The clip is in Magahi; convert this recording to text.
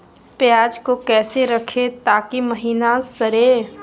प्याज को कैसे रखे ताकि महिना सड़े?